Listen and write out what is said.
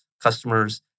customers